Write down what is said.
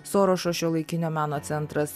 sorošo šiuolaikinio meno centras